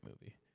movie